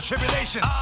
Tribulation